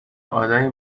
آدمی